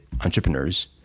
entrepreneurs